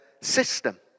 system